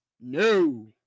No